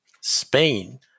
Spain